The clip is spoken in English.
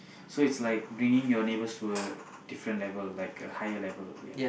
so it's like bringing your neighbors to a different level like a higher level ya